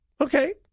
Okay